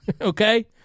Okay